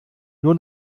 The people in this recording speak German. nur